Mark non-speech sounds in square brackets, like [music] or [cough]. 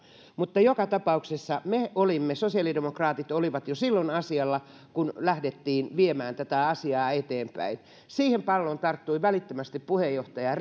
mutta joka tapauksessa me olimme sosiaalidemokraatit olivat jo silloin asialla kun lähdettiin viemään tätä asiaa eteenpäin siihen palloon tarttui välittömästi puheenjohtaja [unintelligible]